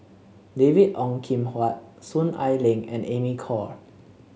David Ong Kim Huat Soon Ai Ling and Amy Khor